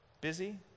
busy